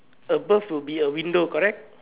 above would be a window correct